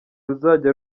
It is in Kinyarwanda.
ruzajya